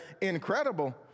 incredible